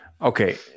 Okay